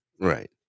Right